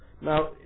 now